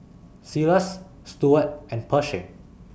Silas Stuart and Pershing